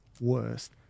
Worst